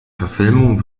verfilmung